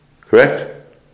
Correct